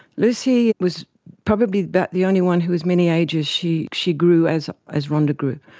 lucy was probably about the only one who was many ages. she she grew as as rhonda grew.